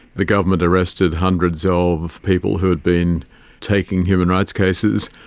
the government arrested hundreds of people who had been taking human rights cases.